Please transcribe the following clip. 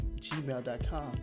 gmail.com